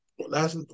Last